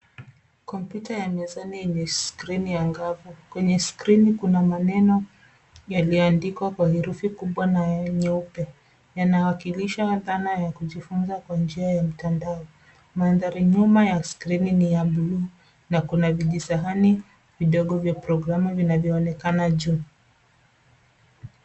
Kompyuta ya mezani yenye skrini angavu. Kwenye skrini kuna maneno yaliyoandikwa kwa herufi kubwa na nyeupe, yanawakilisha dhana ya kujifunza kwa njia ya mtandao. Mandharinyuma ya skrini ni ya buluu na kuna vijisahani vidogo vya programu vinavyoonekana juu.